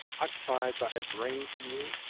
occupied by a grain-field,